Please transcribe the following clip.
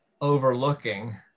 overlooking